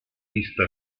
pista